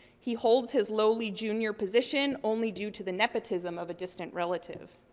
he holds his lowly junior position only due to the nepotism of a distant relative.